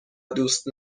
دوست